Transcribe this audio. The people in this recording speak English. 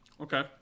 Okay